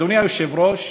אדוני היושב-ראש,